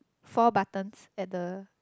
four buttons at the